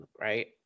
right